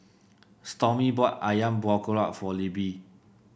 Stormy bought ayam Buah Keluak for Libbie